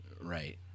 Right